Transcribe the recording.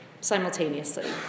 simultaneously